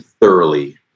thoroughly